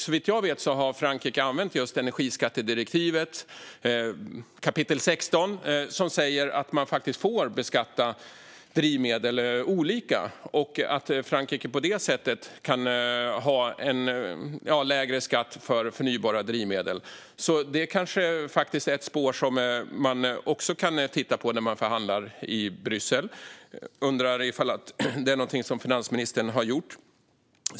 Såvitt jag vet har Frankrike använt energiskattedirektivets 16:e kapitel, som säger att man får beskatta drivmedel olika. På det sättet kan Frankrike ha en lägre skatt för förnybara drivmedel. Det kanske också är ett spår som man kan titta på när man förhandlar i Bryssel. Jag undrar om det är någonting som finansministern har gjort.